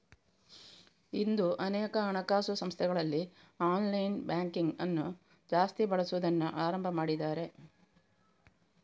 ಇಂದು ಅನೇಕ ಹಣಕಾಸು ಸಂಸ್ಥೆಗಳಲ್ಲಿ ಆನ್ಲೈನ್ ಬ್ಯಾಂಕಿಂಗ್ ಅನ್ನು ಜಾಸ್ತಿ ಬಳಸುದನ್ನ ಆರಂಭ ಮಾಡಿದ್ದಾರೆ